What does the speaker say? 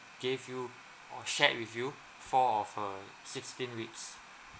gave you or shared with you four of her sixteen weeks